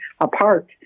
apart